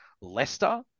Leicester